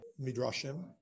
Midrashim